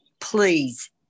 please